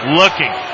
looking